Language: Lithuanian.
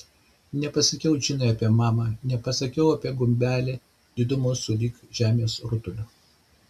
nepasakiau džinai apie mamą nepasakiau apie gumbelį didumo sulig žemės rutuliu